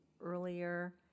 earlier